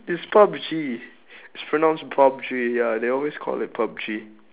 it's pub-G it's pronounced pub-G ya they always call it pub-G